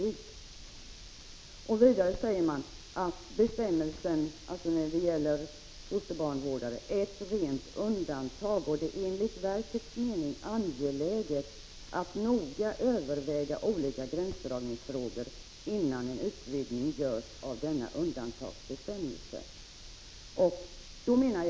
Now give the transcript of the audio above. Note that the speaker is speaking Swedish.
Vidare framhåller riksförsäkringsverket att den aktuella bestämmelsen beträffande fosterbarnvårdare är ett rent undantag och att det enligt verkets mening är angeläget att noga överväga olika gränsdragningsfrågor innan en utvidgning görs av denna undantagsbestämmelse.